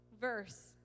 verse